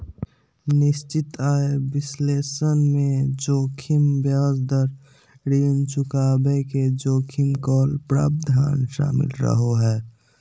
निश्चित आय विश्लेषण मे जोखिम ब्याज दर, ऋण चुकाबे के जोखिम, कॉल प्रावधान शामिल रहो हय